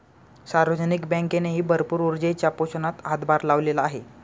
सार्वजनिक बँकेनेही भरपूर ऊर्जेच्या पोषणात हातभार लावलेला आहे